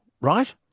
right